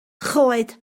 choed